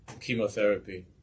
chemotherapy